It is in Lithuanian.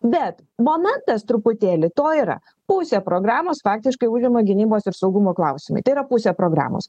bet momentas truputėlį to yra pusė programos faktiškai užima gynybos ir saugumo klausimai tai yra pusė programos